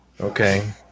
Okay